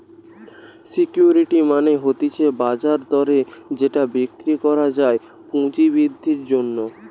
security মানে হতিছে বাজার দরে যেটা বিক্রি করা যায় পুঁজি বৃদ্ধির জন্যে